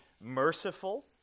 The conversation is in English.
merciful